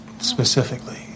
specifically